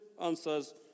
answers